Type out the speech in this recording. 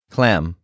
Clam